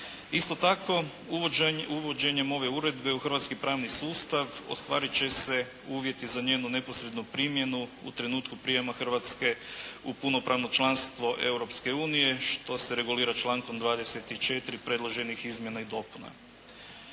Isto tako, uvođenjem ove uredbe u hrvatski pravni sustav ostvariti će se uvjeti za njenu neposrednu primjenu u trenutku prijama Hrvatske u punopravno članstvo Europske unije, što se regulira člankom 24. predloženih izmjena i dopuna.